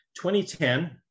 2010